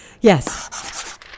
Yes